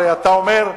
הרי אתה אומר: